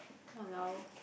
!walao!